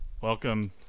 welcome